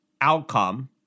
outcome